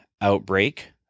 outbreak